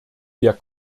der